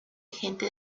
gente